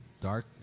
Dark